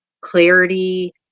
clarity